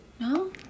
No